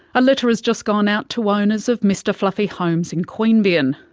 a letter has just gone out to owners of mr fluffy homes in queanbeyan.